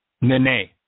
Nene